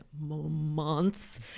months